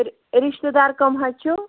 رِشتہٕ دار کَم حظ چھِو